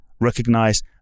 Recognize